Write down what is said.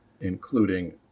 including